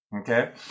Okay